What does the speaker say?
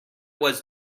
was